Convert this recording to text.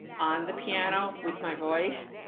on the piano with my voice,